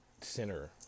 center